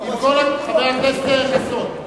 חבר הכנסת חסון,